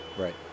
Right